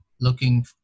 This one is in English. looking